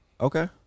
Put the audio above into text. Okay